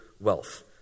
wealth